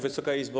Wysoka Izbo!